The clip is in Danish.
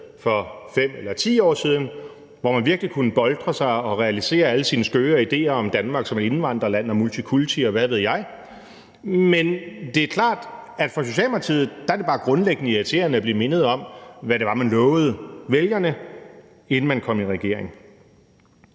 for 5 eller 10 år siden, hvor man virkelig kunne boltre sig og realisere alle sine skøre idéer om Danmark som indvandrerland og multikulti, og hvad ved jeg. Men det er klart, at for Socialdemokratiet er det bare grundlæggende irriterende at blive mindet om, hvad det var, man lovede vælgerne, inden man kom i regering.